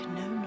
no